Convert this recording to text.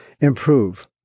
improve